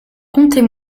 contez